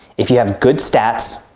if you have good stats,